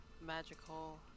magical